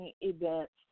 events